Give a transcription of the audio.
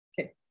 Okay